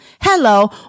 Hello